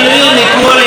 אתמול עם קרמרמן,